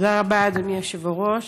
תודה רבה, אדוני היושב-ראש.